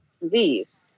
disease